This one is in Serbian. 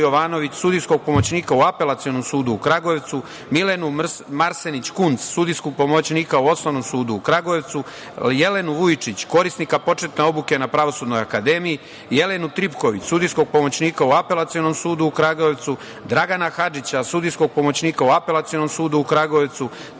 Milenu Marsenić Kun, sudijskog pomoćnika u Osnovnom sudu u Kragujevcu, Jelenu Vujčić, korisnika početne obuke na Pravosudnoj akademiji, Jelenu Tripković, sudijskog pomoćnika u Apelacionom sudu u Kragujevcu, Dragana Hadžića, sudijskog pomoćnika u Apelacionom sudu u Kragujevcu,